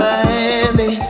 Miami